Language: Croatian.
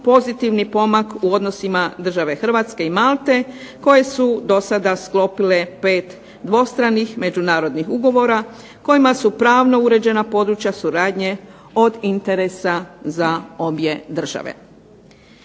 pozitivni pomak u odnosima države Hrvatske i Malte koje su do sada sklopile pet dvostranih međunarodnih ugovora kojima su pravno uređena područja suradnje od interesa za obje države.